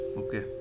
okay